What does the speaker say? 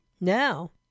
Now